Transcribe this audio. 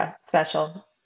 special